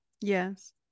yes